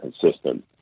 consistent